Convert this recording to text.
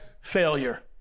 failure